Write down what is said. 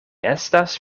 estas